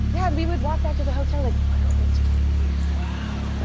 yeah. and we would walk back to the hotel like, what are we doing here? wow.